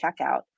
checkout